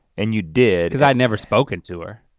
and you did. cause i had never spoken to her.